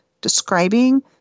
describing